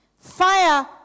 Fire